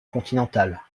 continentale